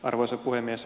arvoisa puhemies